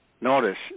Notice